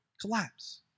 collapse